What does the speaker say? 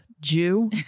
jew